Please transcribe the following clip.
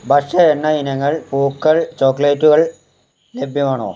ഭക്ഷ്യ എണ്ണ ഇനങ്ങൾ പൂക്കൾ ചോക്ലേറ്റുകൾ ലഭ്യമാണോ